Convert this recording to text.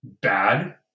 bad